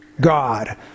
God